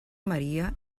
maria